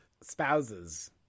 spouses